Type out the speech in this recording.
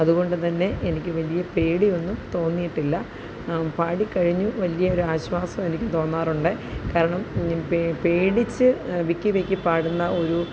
അതുകൊണ്ടു തന്നെ എനിക്ക് വലിയ പേടിയൊന്നും തോന്നിയിട്ടില്ല പാടിക്കഴിഞ്ഞു വലിയൊരാശ്വാസം എനിക്ക് തോന്നാറുണ്ട് കാരണം പേ പേടിച്ച് വിക്കി വിക്കി പാടുന്ന ഒരു